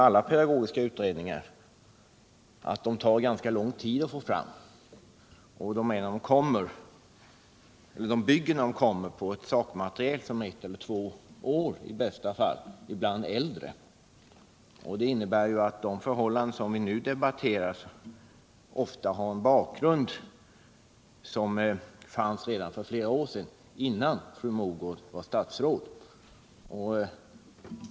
Alla pedagogiska utredningar tar ganska lång tid att få fram, och de bygger när de kommer på ett sak material som är ett eller två år gammalt, ibland äldre. Det innebär att de förhållanden vi nu debatterar ofta har en bakgrund fera år tillbaka, innan fru Mogård var statsråd.